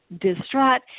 distraught